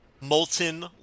molten